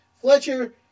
Fletcher